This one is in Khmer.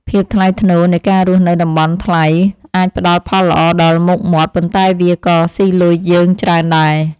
ភាពថ្លៃថ្នូរនៃការរស់នៅតំបន់ថ្លៃអាចផ្តល់ផលល្អដល់មុខមាត់ ប៉ុន្តែវាក៏ស៊ីលុយយើងច្រើនដែរ។